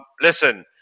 listen